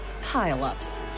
pile-ups